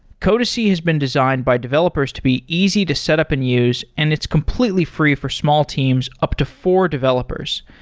codacy has been designed by developers to be easy to set up and use and it's completely free for small teams up to four developers,